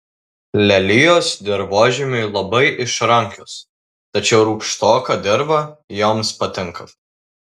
lelijos dirvožemiui labai išrankios tačiau rūgštoka dirva joms patinka